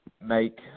make